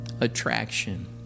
attraction